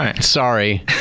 Sorry